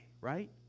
right